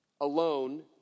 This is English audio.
alone